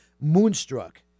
Moonstruck